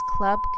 Club